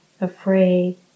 afraid